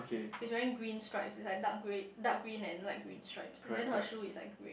she's wearing green stripes it's like dark green dark green and light green stripes and then her shoes is like green